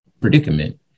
predicament